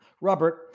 Robert